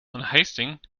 unhasting